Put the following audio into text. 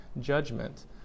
judgment